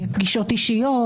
בפגישות אישיות,